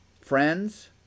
friends